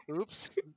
Oops